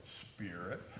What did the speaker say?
Spirit